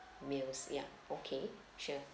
meals ya okay sure